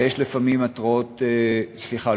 סליחה,